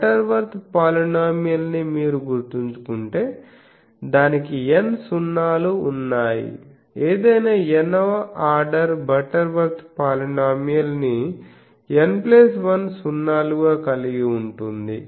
Butterworth polynomial ని మీరు గుర్తుంచుకుంటే దానికి n సున్నాలు ఉన్నాయి ఏదైనా n వ ఆర్డర్ బటర్వర్త్ పాలినోమియల్ ని n1 సున్నాలుగా కలిగి ఉంటుంది